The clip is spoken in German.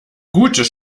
gutes